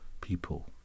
people